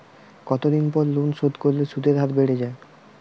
কতদিন পর লোন শোধ করলে সুদের হার বাড়ে য়ায়?